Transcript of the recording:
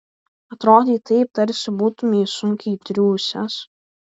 atrodai taip tarsi būtumei sunkiai triūsęs